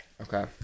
Okay